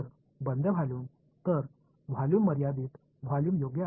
எனவே இந்த மூடிய கொள்ளளவு வரையறுக்கப்பட்ட கொள்ளளவு